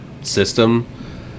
system